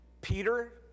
Peter